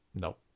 nope